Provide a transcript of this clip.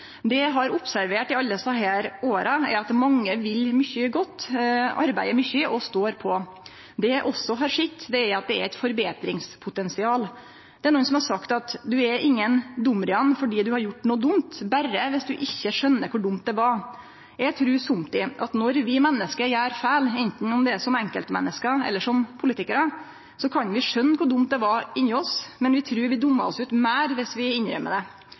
eg har observert i alle desse åra, er at mange vil mykje godt, arbeider mykje og står på. Det eg også har sett, er at det er eit forbetringspotensial. Det er nokon som har sagt: Du er ingen dumrian fordi du har gjort noko dumt – berre viss du ikkje skjønar kor dumt det var. Eg trur somtid at når vi menneske gjer feil, enten som enkeltmenneske eller som politikarar, kan vi skjøne kor dumt det var inni oss, men vi trur vi dummar oss meir ut viss vi innrømmer det.